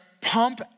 pump